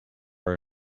are